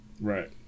Right